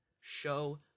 show